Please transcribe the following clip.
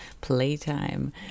playtime